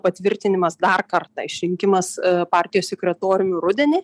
patvirtinimas dar kartą išrinkimas partijos sekretoriumi rudenį